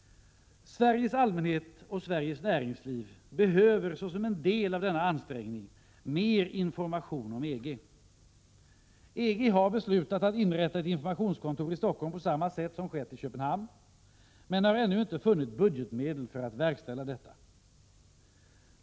Sveriges allmänhet och Sveriges näringsliv behöver såsom en del av denna ansträngning mer information om EG. EG har beslutat att inrätta ett informationskontor i Stockholm på samma sätt som skett i Köpenhamn men har ännu inte funnit budgetmedel för att verkställa detta.